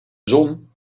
zon